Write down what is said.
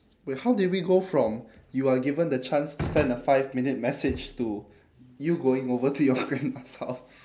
wait how did we go from you are given the chance to send a five minute message to you going over to your grandma's house